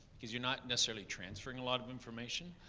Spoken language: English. because you're not necessarily transferring a lot of information,